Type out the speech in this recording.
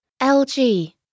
LG